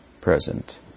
present